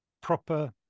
proper